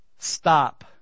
Stop